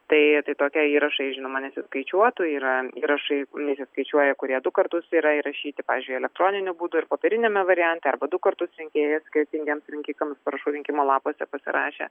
tai tai tokie įrašai žinoma nesiskaičiuotų yra įrašai nesiskaičiuoja kurie du kartus yra įrašyti pavyzdžiui elektroniniu būdu ir popieriniame variante arba du kartus rinkėjas skirtingiems rinkikams parašų rinkimo lapuose pasirašė